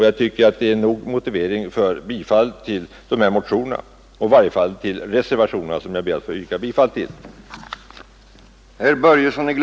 Jag tycker att det är tillräcklig motivering för reservationerna, som jag ber att få yrka bifall till.